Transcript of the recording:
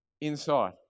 inside